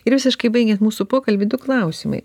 ir visiškai baigian mūsų pokalbį du klausimai